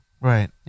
Right